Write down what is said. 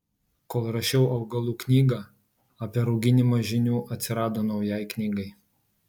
kol rašiau augalų knygą apie rauginimą žinių atsirado naujai knygai